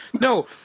No